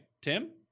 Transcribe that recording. Tim